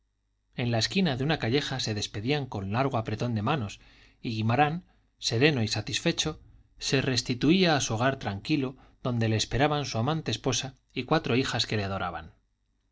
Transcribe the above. en la esquina de una calleja se despedían con largo apretón de manos y guimarán sereno y satisfecho se restituía a su hogar tranquilo donde le esperaban su amante esposa y cuatro hijas que le adoraban